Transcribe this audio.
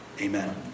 Amen